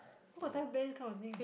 who got time to play this kind of thing